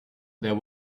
there